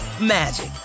magic